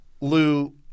Lou